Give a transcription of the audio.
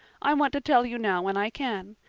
i want to tell you now when i can.